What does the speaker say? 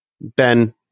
Ben